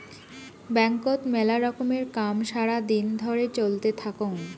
ব্যাংকত মেলা রকমের কাম সারা দিন ধরে চলতে থাকঙ